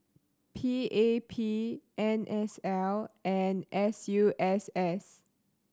P A P N S L and S U S S